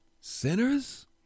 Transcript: sinners